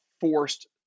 forced